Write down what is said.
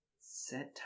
Set